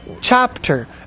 chapter